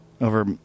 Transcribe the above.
over